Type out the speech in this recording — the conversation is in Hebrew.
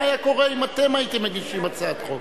מה היה קורה אם אתם הייתם מגישים הצעת חוק?